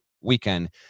weekend